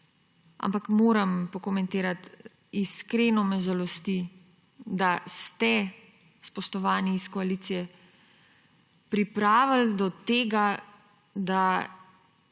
ampak moram pokomentirati. Iskreno me žalosti, da ste, spoštovani iz koalicije, pripravili do tega, da